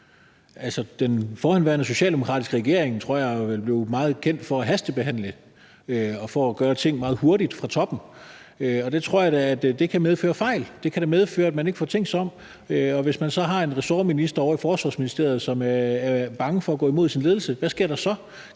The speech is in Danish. Den forhenværende socialdemokratiske regering tror jeg blev meget kendt for at hastebehandle og for at gøre ting meget hurtigt fra toppen, og det tror jeg da kan medføre fejl. Det kan da medføre, at man ikke får tænkt sig om, og hvis man så har en ressortminister ovre i Forsvarsministeriet, som er bange for at gå imod sin ledelse, hvad sker der så?